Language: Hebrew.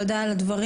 תודה על הדברים.